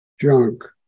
junk